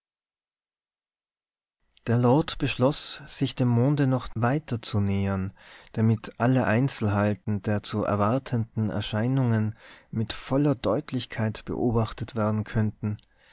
der lord beschloß sich dem monde noch weiter zu nähern damit alle einzelheiten der zu erwartenden erscheinungen mit voller deutlichkeit beobachtet werden könnten